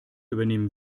übernehmen